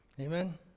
Amen